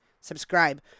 Subscribe